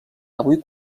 avui